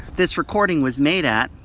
this recording was made at.